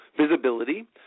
visibility